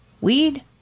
Weed